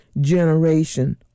generation